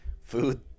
food